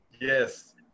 Yes